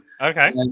Okay